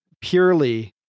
purely